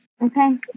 Okay